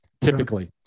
typically